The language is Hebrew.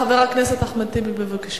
חבר הכנסת אחמד טיבי, בבקשה.